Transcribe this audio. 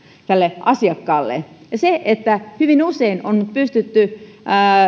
asiakkaalle hyvin usein on pystytty